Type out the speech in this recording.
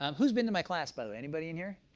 um who's been to my class, by anybody in here?